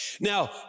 Now